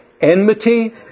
Enmity